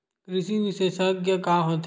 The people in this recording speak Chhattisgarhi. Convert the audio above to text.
कृषि विशेषज्ञ का होथे?